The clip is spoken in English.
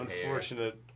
unfortunate